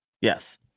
Yes